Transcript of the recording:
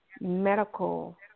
medical